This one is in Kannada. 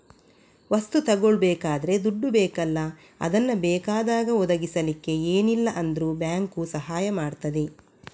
ವಸ್ತು ತಗೊಳ್ಬೇಕಾದ್ರೆ ದುಡ್ಡು ಬೇಕಲ್ಲ ಅದನ್ನ ಬೇಕಾದಾಗ ಒದಗಿಸಲಿಕ್ಕೆ ಏನಿಲ್ಲ ಅಂದ್ರೂ ಬ್ಯಾಂಕು ಸಹಾಯ ಮಾಡ್ತದೆ